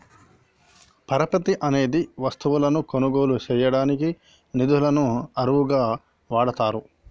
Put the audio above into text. పరపతి అనేది వస్తువులను కొనుగోలు చేయడానికి నిధులను అరువుగా వాడతారు